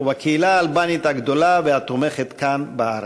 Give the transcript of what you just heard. וכן בקהילה האלבנית הגדולה והתומכת כאן בארץ.